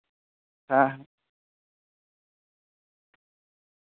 ᱦᱮᱸ